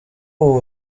ubu